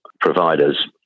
providers